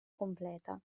completa